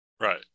Right